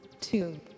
two